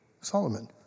Solomon